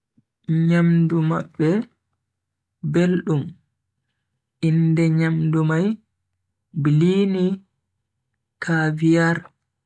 Nyamdu mabbe beldum, inde nyamdu mai blini, caviar.